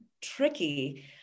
tricky